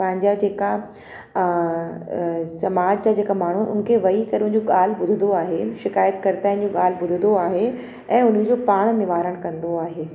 पंहिंजा जे का समाज जा जे का माण्हू हुनखे वेही करे बि हुनजी ॻाल्हि ॿुधंदो आहे शिकायत कर्ता जूं ॻाल्हि ॿुधंदा आहे ऐं हुनजो पाणि निवारण कंदो आहे